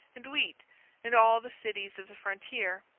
and wheat in all the cities of the frontier.